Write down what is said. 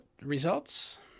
results